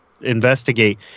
investigate